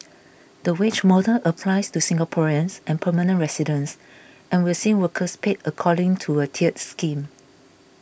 the wage model applies to Singaporeans and permanent residents and will see workers paid according to a tiered scheme